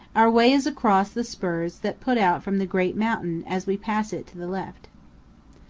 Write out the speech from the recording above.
our way is across the spurs that put out from the great mountain as we pass it to the left.